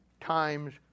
times